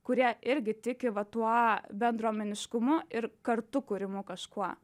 kurie irgi tiki va tuo bendruomeniškumu ir kartu kūrimu kažkuo